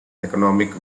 economic